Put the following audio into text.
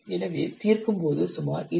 எனவே தீர்க்கும்போது சுமார் 28